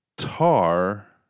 Tar